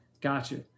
gotcha